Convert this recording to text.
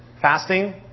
fasting